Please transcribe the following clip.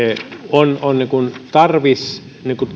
on on tarvis